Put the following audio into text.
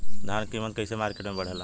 धान क कीमत कईसे मार्केट में बड़ेला?